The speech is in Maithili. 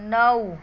नओ